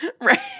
Right